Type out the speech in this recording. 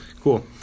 cool